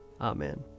Amen